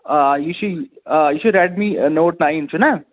آ یہِ چھی آ یہِ چھُ ریڈمی نوٹ نایِن چھُنا